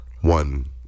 one